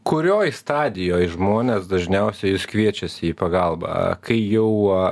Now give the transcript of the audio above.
kurioj stadijoj žmonės dažniausiai jus kviečiasi į pagalbą kai jau